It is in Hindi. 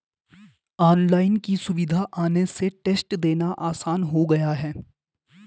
ऑनलाइन की सुविधा आने से टेस्ट देना आसान हो गया है